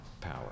power